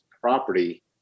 property